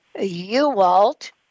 uwalt